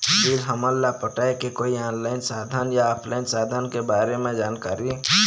Bill हमन ला पटाए के कोई ऑनलाइन साधन या ऑफलाइन साधन के बारे मे जानकारी?